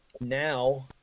now